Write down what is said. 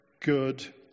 good